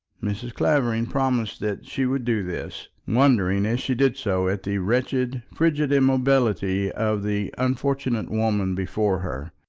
mrs. clavering promised that she would do this, wondering, as she did so, at the wretched, frigid immobility of the unfortunate woman before her.